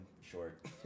short